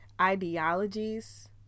ideologies